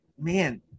Man